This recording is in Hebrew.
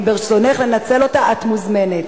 חברים, בואו נשמור על הסדר.